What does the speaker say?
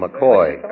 McCoy